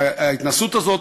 וההתנסות הזאת,